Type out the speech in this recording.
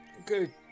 Okay